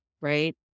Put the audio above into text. right